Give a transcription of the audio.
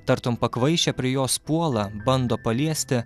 tartum pakvaišę prie jos puola bando paliesti